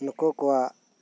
ᱱᱩᱠᱩ ᱠᱚᱣᱟᱜ